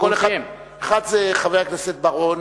אחד זה חבר הכנסת בר-און,